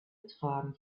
tragen